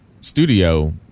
studio